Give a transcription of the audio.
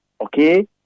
okay